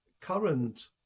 current